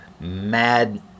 mad